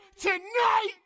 tonight